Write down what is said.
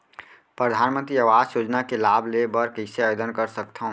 परधानमंतरी आवास योजना के लाभ ले बर कइसे आवेदन कर सकथव?